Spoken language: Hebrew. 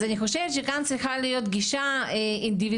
אז אני חושבת שכאן צריכה להיות גישה אינדיבידואלית